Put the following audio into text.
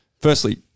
Firstly